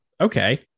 okay